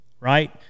right